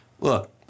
Look